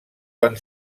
van